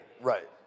Right